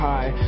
High